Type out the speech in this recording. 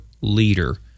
leader